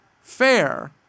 fair